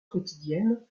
quotidiennes